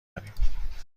داریم